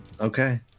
okay